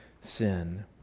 sin